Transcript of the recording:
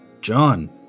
John